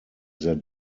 sehr